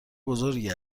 بزرگی